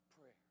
prayer